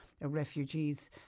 refugees